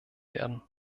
werden